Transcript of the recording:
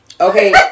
Okay